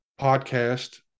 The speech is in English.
podcast